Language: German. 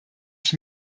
ich